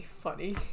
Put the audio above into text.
funny